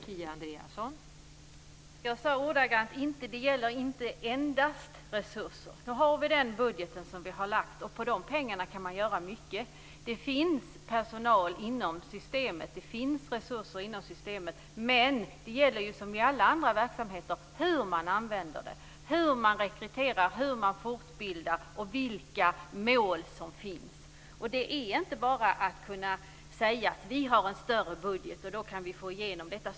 Fru talman! Jag sade ordagrant att det gäller inte endast resurser. Nu har vi den budget som vi har lagt, och med de pengarna kan man göra mycket. Det finns personal och resurser inom systemet. Men det gäller, som i alla andra verksamheter, hur man använder dem, hur man rekryterar, hur man fortbildar och vilka mål som finns. Det räcker inte med att bara säga att "vi har en större budget och då kan vi få igenom detta".